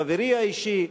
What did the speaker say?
חברי האישי,